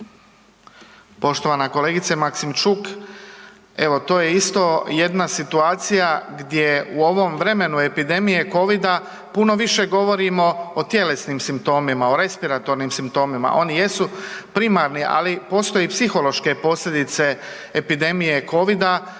Poštovana kolegice Maksimčuk, evo to je isto jedna situacija gdje u ovom vremenu epidemije Covida puno više govorimo o tjelesnim simptomima, o respiratornim simptomima, oni jesu primarni, ali postoje psihološke posljedice epidemije Covida,